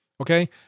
Okay